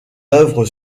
œuvre